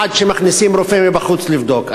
עד שמכניסים רופא מבחוץ לבדוק.